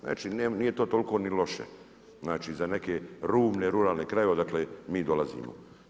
Znači nije to toliko ni loše, znači za neke rubne, ru ralne krajeve odakle mi dolazimo.